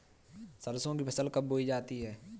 सरसों की फसल कब बोई जाती है?